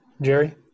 Jerry